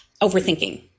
overthinking